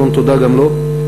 המון תודה גם לו,